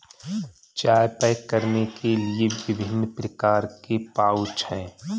चाय पैक करने के लिए विभिन्न प्रकार के पाउच हैं